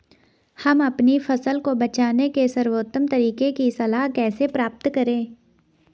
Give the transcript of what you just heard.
हम अपनी फसल को बचाने के सर्वोत्तम तरीके की सलाह कैसे प्राप्त करें?